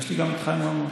יש לי גם את חיים רמון.